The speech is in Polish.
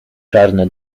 czarne